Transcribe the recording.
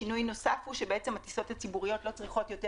שינוי נוסף הוא שהטיסות הציבוריות לא צריכות יותר